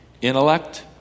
intellect